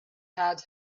had